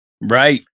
right